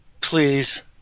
Please